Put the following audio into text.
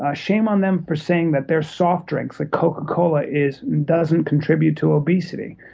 ah shame on them for saying that their soft drinks, that coca cola is doesn't contribute to obesity.